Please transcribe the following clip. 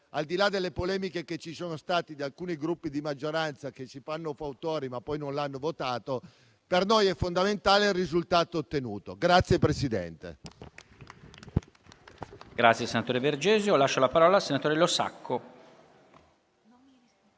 Al di là delle polemiche che ci sono state da parte di alcuni Gruppi di maggioranza che si fanno fautori, ma poi non l'hanno votato, per noi è fondamentale il risultato ottenuto.